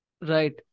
Right